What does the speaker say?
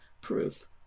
proof